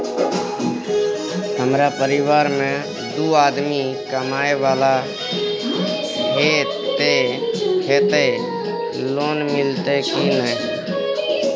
हमरा परिवार में दू आदमी कमाए वाला हे ते लोन मिलते की ने?